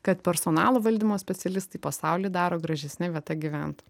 kad personalo valdymo specialistai pasaulį daro gražesne vieta gyventojui